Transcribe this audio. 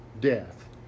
death